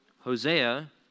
Hosea